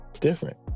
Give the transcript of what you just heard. different